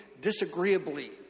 disagreeably